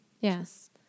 yes